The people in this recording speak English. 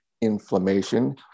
inflammation